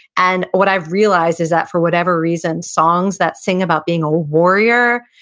and what i've realized is that for whatever reason, songs that sing about being a warrior,